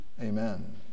Amen